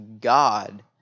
God